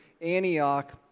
Antioch